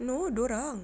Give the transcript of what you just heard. no dorang